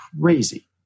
crazy